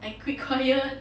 I quit choir